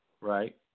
right